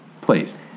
Please